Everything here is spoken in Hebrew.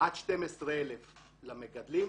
עד 12,000 למגדלים.